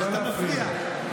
לא להפריע.